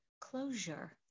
closure